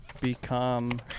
become